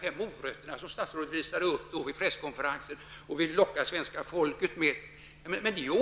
fem morötterna som statsrådet visade upp vid presskonferensen och ville locka svenska folket med.